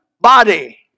body